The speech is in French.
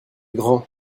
grands